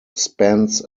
spans